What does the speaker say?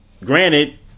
granted